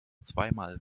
zweimal